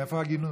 איפה ההגינות?